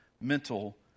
mental